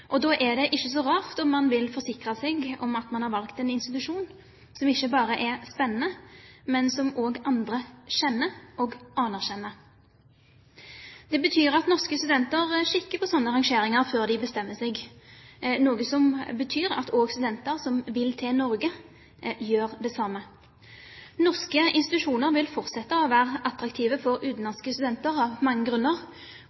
framtiden. Da er det ikke så rart om man vil forsikre seg om at man har valgt en institusjon som ikke bare er spennende, men som også andre kjenner og anerkjenner. Det betyr at norske studenter kikker på slike rangeringer før de bestemmer seg, noe som betyr at også studenter som vil til Norge, gjør det samme. Norske institusjoner vil av mange grunner fortsette å være attraktive for